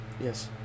yes